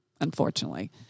unfortunately